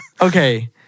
Okay